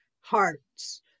hearts